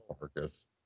Marcus